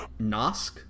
Nosk